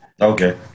Okay